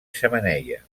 xemeneia